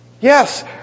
Yes